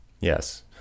Yes